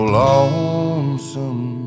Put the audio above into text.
lonesome